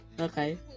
okay